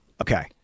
Okay